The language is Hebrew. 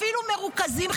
אפילו מרוכזים,